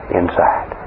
inside